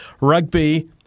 Rugby